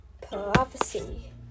Prophecy